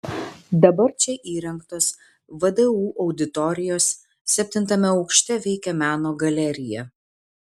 dabar čia įrengtos vdu auditorijos septintame aukšte veikia meno galerija